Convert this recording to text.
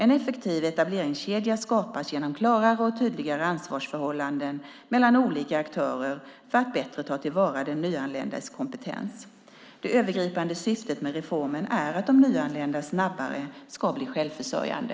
En effektiv etableringskedja skapas genom klarare och tydligare ansvarsförhållanden mellan olika aktörer för att bättre ta tillvara den nyanländes kompetens. Det övergripande syftet med reformen är att de nyanlända snabbare ska bli självförsörjande.